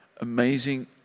amazing